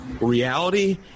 reality